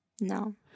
No